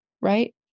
right